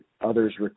others